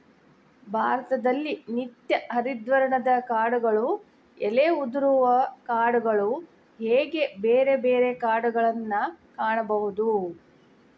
ಭಾರತದಲ್ಲಿ ನಿತ್ಯ ಹರಿದ್ವರ್ಣದ ಕಾಡುಗಳು ಎಲೆ ಉದುರುವ ಕಾಡುಗಳು ಹೇಗೆ ಬೇರೆ ಬೇರೆ ಕಾಡುಗಳನ್ನಾ ಕಾಣಬಹುದು